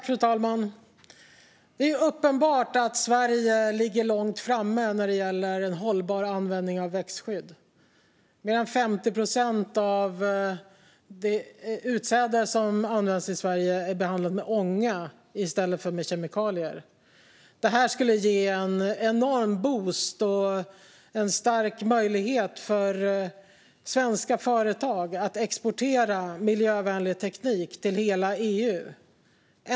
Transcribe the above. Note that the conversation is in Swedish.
Fru talman! Det är uppenbart att Sverige ligger långt fram när det gäller en hållbar användning av växtskydd. Mer än 50 procent av det utsäde som används i Sverige är behandlat med ånga i stället för med kemikalier. Det här skulle ge en enorm boost åt svenska företag och vara en stark möjlighet för dessa att exportera miljövänlig teknik till hela EU.